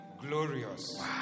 glorious